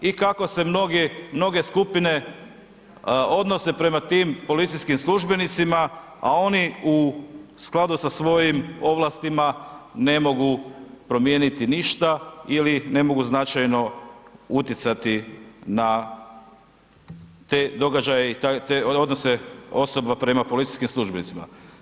I kako se mnoge skupine odnose prema tim policijskim službenicima, a oni u skladu sa svojim ovlastima ne mogu promijeniti ništa ili ne mogu značajno utjecati na te događaje i te odnose osoba prema policijskim službenicima.